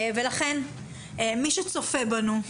לכן, מי שצופה בנו: